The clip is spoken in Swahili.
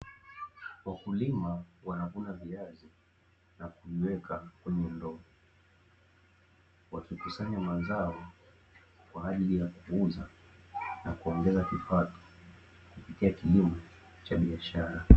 Wakulima wanavuna viazi na kuviweka kwenye ndoo, wakikusanya mazao kwa ajili ya kuuza na kuongeza kipato kupitia kilimo cha biashara.